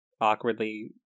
awkwardly